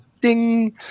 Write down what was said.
ding